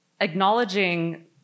acknowledging